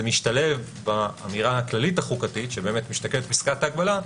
משתלב באמירה הכללית החוקתית שבאמת משתקפת בפסקת ההגבלה,